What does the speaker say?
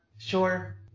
Sure